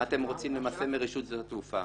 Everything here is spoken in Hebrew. מה אתם רוצים למעשה מרשות שדות התעופה.